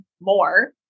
more